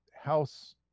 House